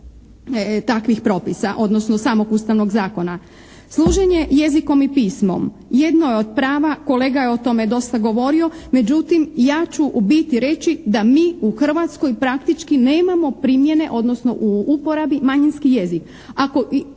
Služenje jezikom i pismom jedno je od prava, kolega je dosta o tome govorio, međutim ja ću u biti reći da mi u Hrvatskoj praktički nemamo primjene odnosno u uporabi manjinski jezik